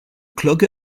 clog